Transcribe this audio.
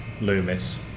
Loomis